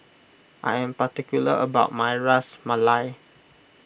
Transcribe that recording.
I am particular about my Ras Malai